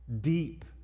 deep